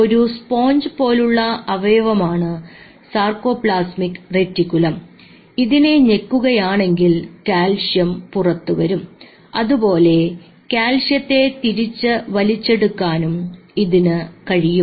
ഒരു സ്പോഞ്ച് പോലുള്ള അവയവമാണ് സാർകോപ്ലാസ്മിക് റെറ്റികുലം ഇതിനെ ഞെക്കുകയാണെങ്കിൽ കാൽസ്യം പുറത്തുവരും അതുപോലെ കാൽസ്യത്തെ തിരിച്ചു വലിച്ചെടുക്കാനും ഇതിനു കഴിയും